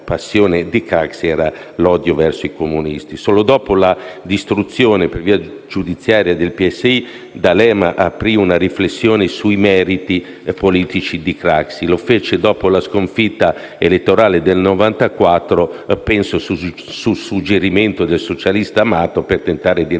passione di Craxi era l'odio verso i comunisti. Solo dopo la distruzione per via giudiziaria del PSI, D'Alema aprì una riflessione sui meriti politici di Craxi. Lo fece dopo la sconfitta elettorale del 1994, penso su suggerimento del socialista Amato, per tentare di recuperare